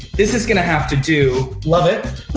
this is gonna have to do. love it.